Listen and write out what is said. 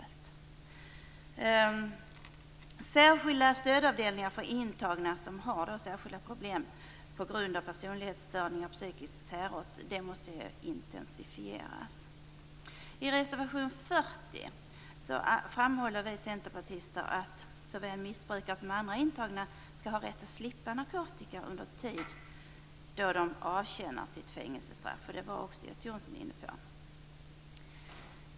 Arbetet med särskilda stödavdelningar för intagna som har särskilda problem på grund av personlighetsstörningar av psykisk särart måste intensifieras. I reservation 40 framhåller vi centerpartister att såväl missbrukare som andra intagna skall ha rätt att slippa narkotika under tid då de avtjänar sitt fängelsestraff. Göthe Knutson var också inne på den frågan.